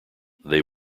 they